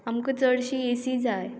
आमकां चडशी A C जाय